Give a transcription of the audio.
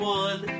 one